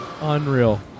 Unreal